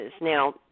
Now